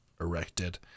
Erected